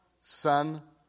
son